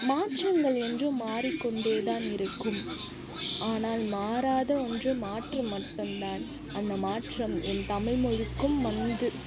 மாற்றங்கள் என்றும் மாறிக்கொண்டே தான் இருக்கும் ஆனால் மாறாத ஒன்று மாற்றம் மட்டும்தான் அந்த மாற்றம் என் தமிழ்மொழிக்கும் வந்து